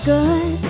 Good